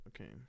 Okay